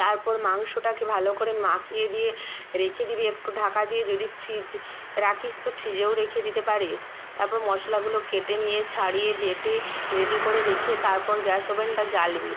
তারপর মাংসটাকে ভালো করে মাখিয়ে দিয়ে রেখে দিবি একটু ঢাকা দিয়ে যদি ফ্রিজ রাখিস তো ফ্রিজেও রেখে দিতে পারিস তারপরে মশলাগুলো কেটে নিয়ে ছাড়িয়ে বেটে রেডি করে রেখে তারপর গ্যাস ওভেনটা জ্বালবি